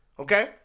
Okay